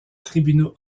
tribunaux